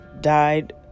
died